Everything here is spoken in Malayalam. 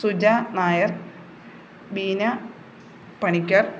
സുജ നായർ ബീന പണിക്കർ